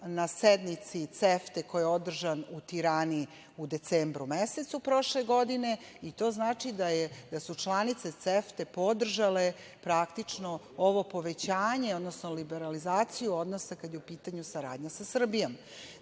na sednici CEFTE koja je održan u Tirani u decembru mesecu prošle godine i to znači da su članice CEFTE podržale praktično ovo povećanje, odnosno liberalizaciju odnosa kad je u pitanju saradnje sa Srbijom. Znači,